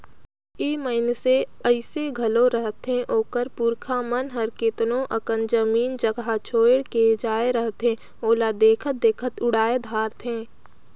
ए मइनसे अइसे घलो रहथें ओकर पुरखा मन हर केतनो अकन जमीन जगहा छोंएड़ के जाए रहथें ओला देखत देखत उड़ाए धारथें